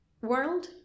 World